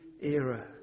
era